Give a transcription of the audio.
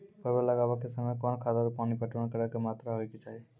परवल लगाबै के समय कौन खाद आरु पानी पटवन करै के कि मात्रा होय केचाही?